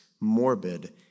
morbid